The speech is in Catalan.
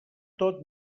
tot